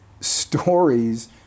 stories